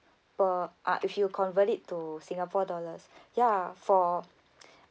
per uh if you convert it to singapore dollars ya for